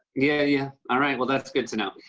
yeah yeah. alright. well, that's good to know.